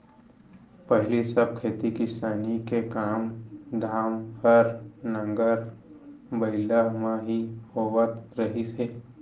पहिली सब खेती किसानी के काम धाम हर नांगर बइला म ही होवत रहिस हे